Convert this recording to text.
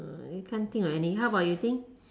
uh can't think of any how about you think